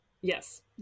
Yes